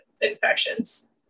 infections